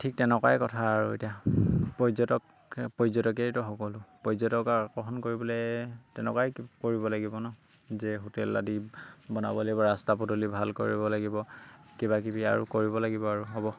ঠিক তেনেকুৱাই কথা আৰু এতিয়া পৰ্যটক পৰ্যটকেইতো সকলো পৰ্যটকক আকৰ্ষণ কৰিবলৈ তেনেকুৱাই কৰিব লাগিব ন যে হোটেল আদি বনাব লাগিব ৰাস্তা পদূলি ভাল কৰিব লাগিব কিবাকিবি আৰু কৰিব লাগিব আৰু হ'ব